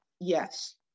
Yes